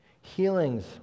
Healings